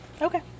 Okay